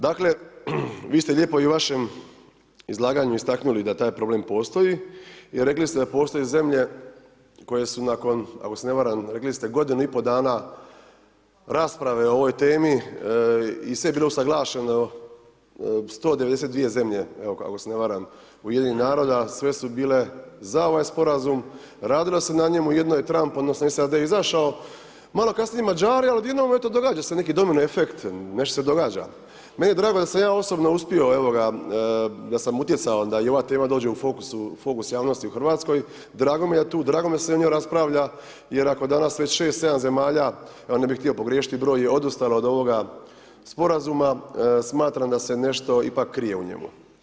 Dakle, vi ste lijepo i u vašem izlaganju istaknuli da taj problem postoji i rekli ste da postoje zemlje koje su nakon, ako se ne varam rekli ste godinu i pol dana rasprave o ovoj temi i sve je bilo usuglašeno, 192 zemlje, evo ako se ne varam, Ujedinjenih naroda, sve su bile ZA ovaj Sporazum, radilo se na njemu, jedino je Trump odnosno SAD izašao, malo kasnije Mađari, al' odjednom eto događa se neki domino efekt, nešto se događa, meni je drago da sam ja osobno uspio, evo ga, da sam utjecao da i ova tema dođe u fokus, u fokus javnosti u Hrvatskoj, drago mi je, ... drago mi je da se o njoj raspravlja, jer ako danas već 6,7 zemalja, ne bih htio pogriješiti broj, odustalo od ovoga Sporazuma, smatram da se nešto ipak krije u njemu.